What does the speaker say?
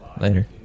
later